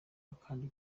akandi